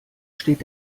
steht